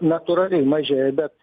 natūraliai mažėja bet